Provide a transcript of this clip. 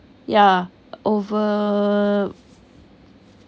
ya over